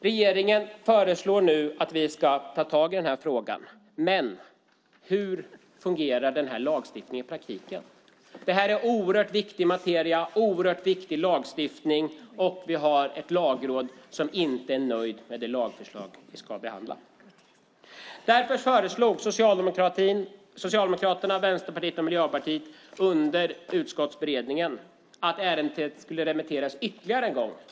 Regeringen föreslår nu att vi ska ta tag i denna fråga, men hur fungerar denna lagstiftning i praktiken? Detta är oerhört viktig materia och oerhört viktig lagstiftning, och vi har ett lagråd som inte är nöjt med det lagförslag vi ska behandla. Därför föreslog Socialdemokraterna, Vänsterpartiet och Miljöpartiet under utskottsberedningen att ärendet skulle remitteras till Lagrådet ytterligare en gång.